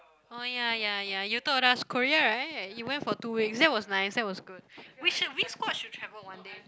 oh ya ya ya you told us Korea right you went for two weeks that was nice that was good we should we squad should travel one day